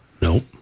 Nope